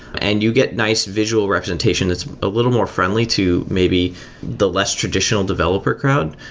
and you get nice visual representation that's a little more friendly to maybe the less traditional developer crowd.